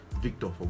Victor